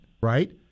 Right